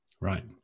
Right